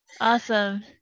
awesome